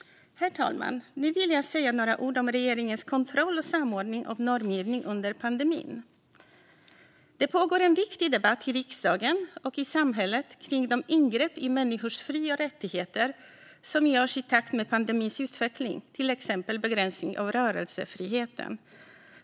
Herr talman! Jag vill säga några ord om regeringens kontroll och samordning av normgivning under pandemin. Det pågår en viktig debatt i riksdagen och i samhället kring de ingrepp i människors fri och rättigheter som görs i takt med pandemins utveckling, till exempel begränsning av rörelsefriheten.